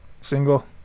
single